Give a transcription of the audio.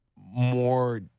more